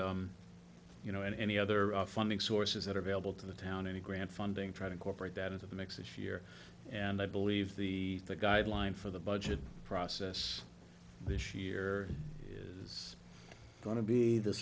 any you know any other funding sources that are available to the town any grant funding try to incorporate that into the mix that year and i believe the the guideline for the budget process this year is going to be the